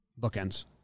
Bookends